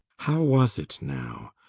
how was it now?